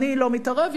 אני לא מתערב,